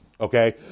Okay